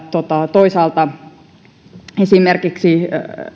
toisaalta esimerkiksi